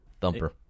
Thumper